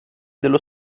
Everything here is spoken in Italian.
dello